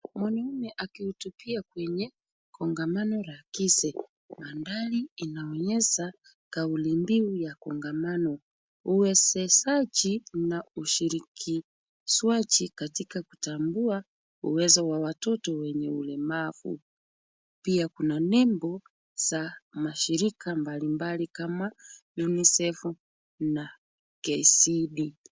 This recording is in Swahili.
Mwanaume akihutubia kwenye kongamano la KISE, mandhari inaonyesha kauli mbiu ya kongamano. Uwezeshaji na ushirikishwaji katika kutambua uwezo wa watoto wenye ulemavu. Pia kuna nembo za mashirika mbalimbali kama UNICEF na KCD.